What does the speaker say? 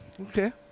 okay